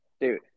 dude